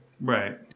Right